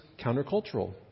countercultural